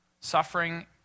Suffering